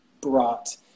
brought